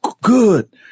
good